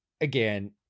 again